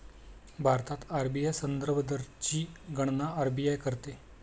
भारतात आर.बी.आय संदर्भ दरची गणना आर.बी.आय करते